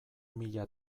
mila